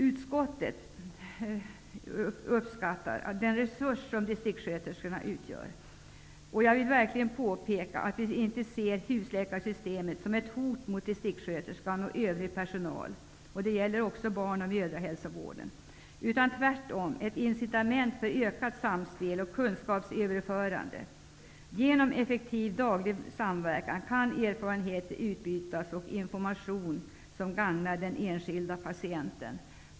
Utskottet uppskattar den resurs som distriktssköterskorna utgör. Jag vill verkligen påpeka att vi inte ser husläkarsystemet som ett hot mot distriktssköterskan och övrig personal -- det gäller också barn och mödrahälsovården -- utan tvärtom som ett incitament för ökat samspel och kunskapsöverförande. Genom effektiv daglig samverkan kan erfarenheter och information som gagnar den enskilda patienten utbytas.